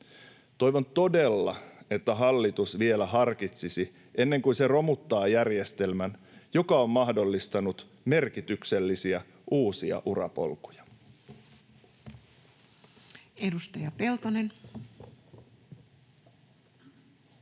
Toivon todella, että hallitus vielä harkitsisi, ennen kuin se romuttaa järjestelmän, joka on mahdollistanut merkityksellisiä uusia urapolkuja.